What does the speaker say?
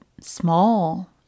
small